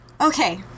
Okay